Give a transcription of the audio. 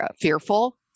fearful